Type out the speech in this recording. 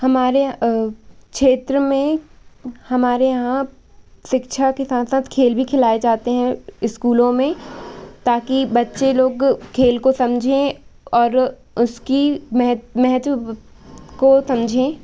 हमारे क्षेत्र में हमारे यहाँ शिक्षा के साथ साथ खेल भी खिलाए जाते हैं इस्कूलों में ताकि बच्चे लोग खेल को समझें और उसकी मेहे महत्व को समझें